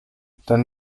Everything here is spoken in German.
dann